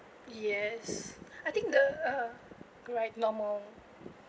yes I think the uh correct normal